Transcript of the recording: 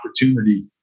opportunity